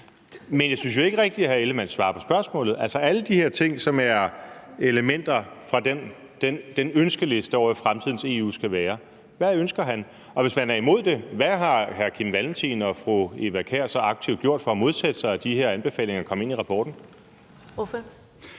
men jeg synes ikke rigtig, hr. Jakob Ellemann-Jensen svarer på spørgsmålet. Altså, hvad ønsker han af alle de her ting, som er elementer fra den ønskeliste over, hvordan fremtidens EU skal være? Og hvis man er imod det, hvad har hr. Kim Valentin og fru Eva Kjer Hansen så aktivt gjort for at modsætte sig, at de her anbefalinger kom ind i rapporten?